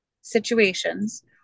situations